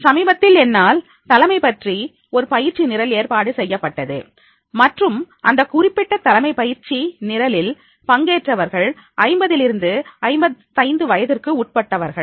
சமீபத்தில் என்னால் தலைமை பற்றி ஒரு பயிற்சி நிரல் ஏற்பாடு செய்யப்பட்டது மற்றும் அந்த குறிப்பிட்ட தலைமை பயிற்சி நிரலில் பங்கேற்றவர்கள் ஐம்பதிலிருந்து 55 வயதிற்கு உட்பட்டவர்கள்